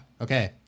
Okay